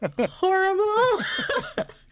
horrible